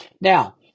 Now